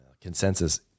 Consensus